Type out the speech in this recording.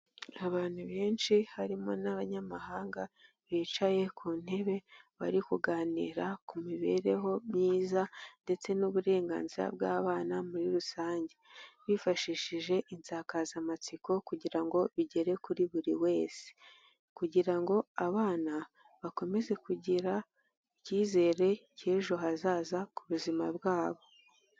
Abantu benshi harimo n'abanyamahanga bicaye ku ntebe bari kuganira ku mibereho myiza ndetse n'uburenganzira bw'abana muri rusange, bifashishije insankazamatsiko kugira ngo bigere kuri buri wese, kugira ngo abana bakomeze kugira ikizere cy'ejo hazaza ku buzima bwabo.